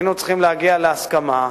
היינו צריכים להגיע להסכמה,